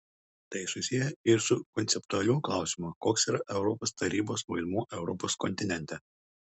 tai susiję ir su konceptualiu klausimu koks yra europos tarybos vaidmuo europos kontinente